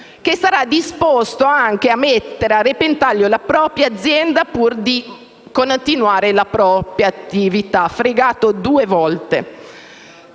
che sarà disposto anche a mettere a repentaglio la propria azienda pur di continuare la propria attività: fregato due volte.